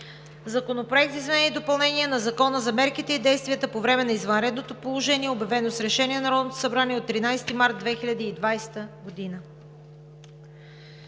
Законопроекта за изменение и допълнение на Закона за мерките и действията по време на извънредното положение, обявено с решение на Народното събрание от 13 март 2020 г.